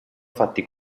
fatti